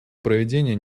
проведение